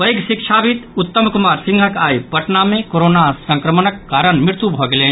पैघ शिक्षविद उत्तम कुमार सिंहक आइ पटना मे कोरोना संक्रमणक कारण मृत्यु भऽ गेलनि